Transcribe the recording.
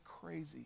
crazy